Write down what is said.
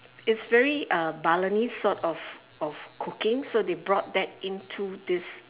it's very a Balinese sort of of cooking so they brought that into this